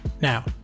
Now